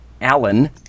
Alan